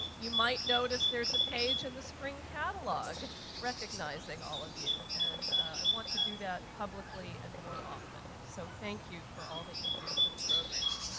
you might notice there's a page in the spring catalog recognizing all of you, and i want to do that publicly and more often. so thank you for all that you do for the program.